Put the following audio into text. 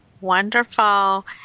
Wonderful